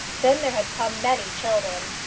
then there had come many children,